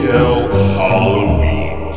Halloween